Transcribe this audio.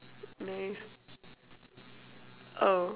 oh